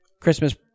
Christmas